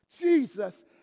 Jesus